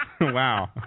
Wow